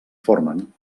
formen